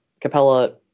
Capella